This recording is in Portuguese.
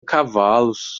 cavalos